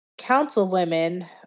councilwomen